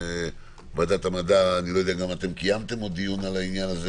ועדת המדע לא יודע אם קיימתם דיון בנושא.